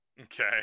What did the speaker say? Okay